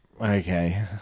Okay